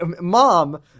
mom